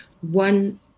one